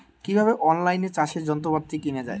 কিভাবে অন লাইনে চাষের যন্ত্রপাতি কেনা য়ায়?